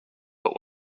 but